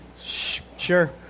Sure